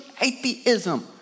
atheism